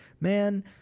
Man